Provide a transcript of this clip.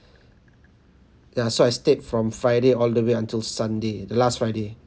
ya so I stayed from friday all the way until sunday the last friday